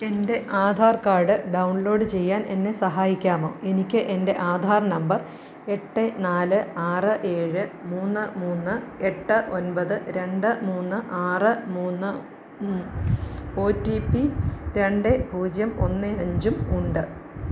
എൻ്റെ Aadhaar card download ചെയ്യാൻ എന്നെ സഹായിക്കാമോ എനിക്ക് എൻ്റെ ആധാർ നമ്പർ എട്ട് നാല് ആറ് ഏഴ് മൂന്ന് മൂന്ന് എട്ട് ഒന്പത് രണ്ട് മൂന്ന് ആറ് മൂന്നും ഓ റ്റീ പ്പി രണ്ട് പൂജ്യം ഒന്ന് അഞ്ചും ഉണ്ട്